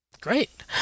Great